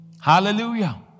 Hallelujah